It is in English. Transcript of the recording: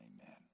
Amen